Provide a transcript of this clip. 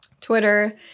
Twitter